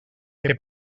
que